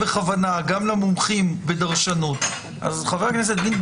אני נמצא פה בפני דילמה: האם להקריא את הצעת החוק המקורית,